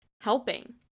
helping